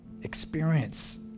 experience